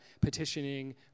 petitioning